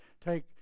take